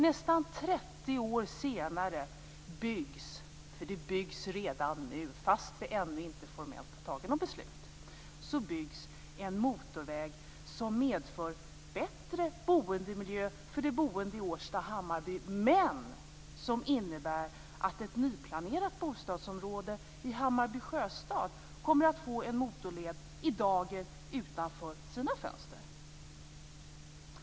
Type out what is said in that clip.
Nästan 30 år senare byggs - det byggs redan nu, fast vi ännu inte formellt har fattat något beslut - en motorväg som medför bättre boendemiljö för de boende i Årsta och Hammarby. Men samtidigt innebär det att ett nyplanerat bostadsområde i Hammarby sjöstad kommer att få en motorled i dager utanför sina fönster.